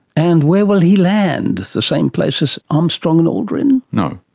and where will he land? the same place as armstrong and aldrin? no.